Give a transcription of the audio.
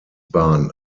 bahn